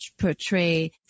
portray